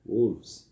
Wolves